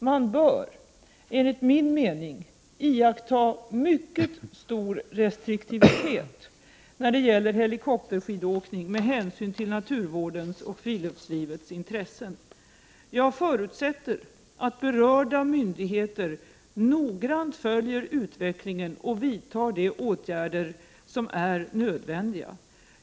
Man bör enligt min mening iaktta en mycket stor restriktivitet när det gäller helikopterskidåkning med hänsyn till naturvårdens och friluftslivets intressen. Jag förutsätter att berörda myndigheter noggrant följer utvecklingen och vidtar de åtgärder som är nödvändiga.